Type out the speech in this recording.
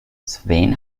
sven